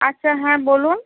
আচ্ছা হ্যাঁ বলুন